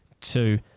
two